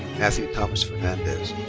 matthew thomas fernandez.